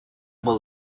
был